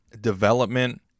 development